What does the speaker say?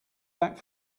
back